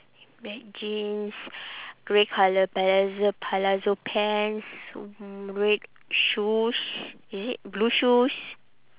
black jeans grey colour palazzo palazzo pants red shoes is it blue shoes